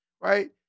right